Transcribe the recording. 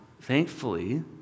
Thankfully